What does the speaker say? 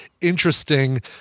interesting